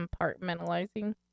Compartmentalizing